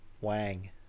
Wang